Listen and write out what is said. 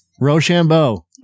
Rochambeau